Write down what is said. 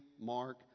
Mark